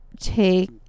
take